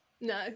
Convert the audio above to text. No